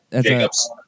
Jacobs